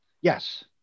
yes